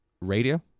radio